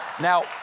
Now